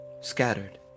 scattered